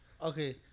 Okay